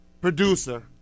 producer